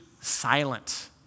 silent